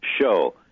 show